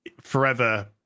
forever